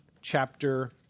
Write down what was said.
chapter